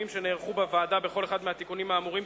שנערכו בוועדה בכל אחד מהתיקונים האמורים,